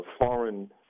foreign